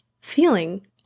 feeling